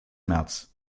märz